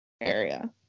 area